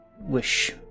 wish